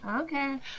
Okay